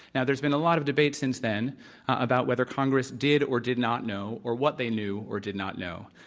now, there's been a lot of debate since then about whether congress did or did not know, or what they knew or did not know.